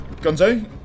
gonzo